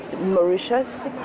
Mauritius